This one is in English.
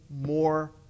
more